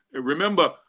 remember